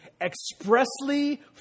expressly